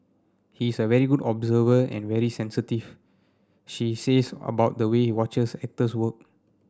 he is a very good observer and very sensitive she says about the way watches actors work